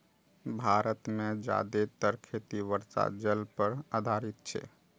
भारत मे जादेतर खेती वर्षा जल पर आधारित छै